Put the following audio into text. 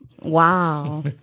Wow